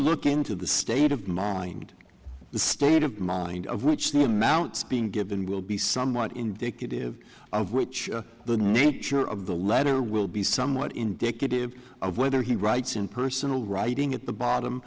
look into the state of mind the state of mind of which the amounts being given will be somewhat indicative of which the nature of the letter will be somewhat indicative of whether he writes in personal writing at the bottom